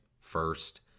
first